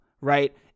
Right